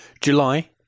July